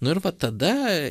nu ir vat tada